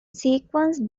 sequence